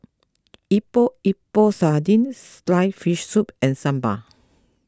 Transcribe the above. Epok Epok Sardin Sliced Fish Soup and Sambal